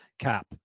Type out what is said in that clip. cap